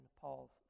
Paul's